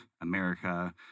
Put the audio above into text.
America